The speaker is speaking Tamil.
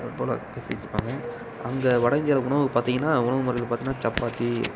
அது போல பேசிகிட்டுருப்பாங்க அங்கே வட இந்தியாவில் உணவு பார்த்திங்கன்னா உணவு முறைகள் பார்த்திங்கனா சப்பாத்தி